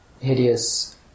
hideous